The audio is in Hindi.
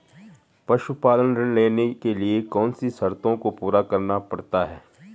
पशुपालन ऋण लेने के लिए कौन सी शर्तों को पूरा करना पड़ता है?